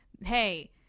hey